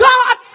God